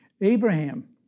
Abraham